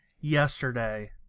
yesterday